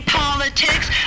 politics